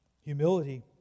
humility